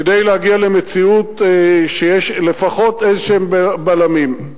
כדי להגיע למציאות שיש לפחות איזשהם בלמים.